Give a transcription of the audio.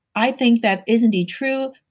i think that is indeed true.